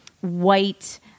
white